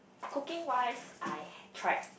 cooking wise I've tried